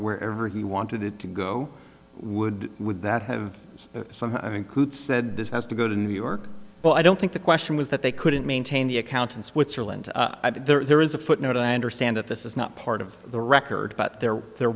wherever he wanted to go would would that have some i mean qute said this has to go to new york but i don't think the question was that they couldn't maintain the account in switzerland there is a footnote i understand that this is not part of the record but there were